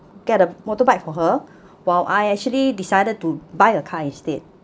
get a motorbike for her while I actually decided to buy a car instead